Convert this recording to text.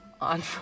on